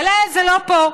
אבל זה לא פה,